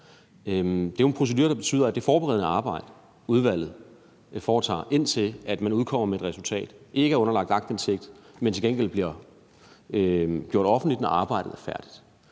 Det er jo en procedure, der betyder, at det forberedende arbejde, udvalget foretager, indtil man udkommer med et resultat, ikke er underlagt aktindsigt, men til gengæld bliver gjort offentligt, når arbejdet er færdigt.